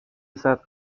رسد